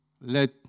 let